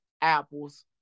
apples